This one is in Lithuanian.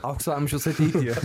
aukso amžius ateity